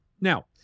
Now